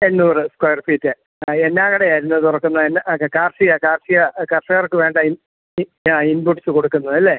എണ്ണൂറ് square feet ആ എന്നാ കടയാ ഇന്ന് തുറക്കുന്നേന്ന് ആ കാർഷിക കാർഷിക കർഷകർക്ക് വേണ്ട ഇൻ ആ ഇൻപുട്ട്സ് കൊടുക്കുന്നതല്ലേ